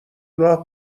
راه